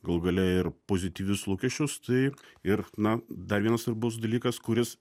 galų gale ir pozityvius lūkesčius tai ir na dar vienas svarbus dalykas kuris